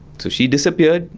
so she disappeared,